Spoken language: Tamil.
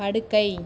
படுக்கை